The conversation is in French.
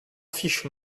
fiche